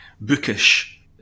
bookish